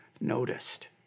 noticed